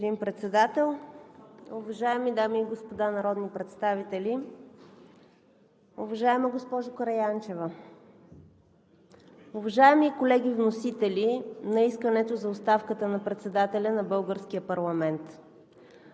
Благодаря, господин Председател. Уважаеми дами и господа народни представители, уважаема госпожо Караянчева! Уважаеми колеги вносители на искането за оставката на председателя на българския парламент,